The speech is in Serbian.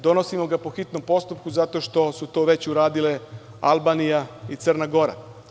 Donosimo ga po hitnom postupku zato što su to već uradile Albanija i Crna Gora.